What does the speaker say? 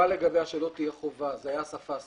לגביה שלא תהיה חובה זו הייתה השפה הסינית,